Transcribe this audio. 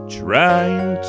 trying